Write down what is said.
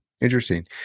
Interesting